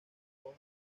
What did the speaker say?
donde